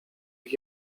ich